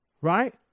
right